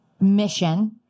mission